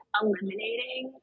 eliminating